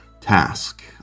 Task